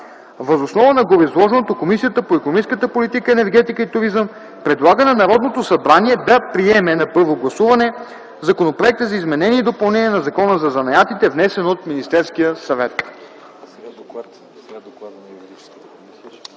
Въз основа на гореизложеното Комисията по икономическата политика, енергетика и туризъм предлага на Народното събрание да приеме на първо гласуване Законопроекта за изменение и допълнение на Закона за занаятите, внесен от Министерския съвет.” ПРЕДСЕДАТЕЛ ЦЕЦКА